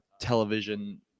television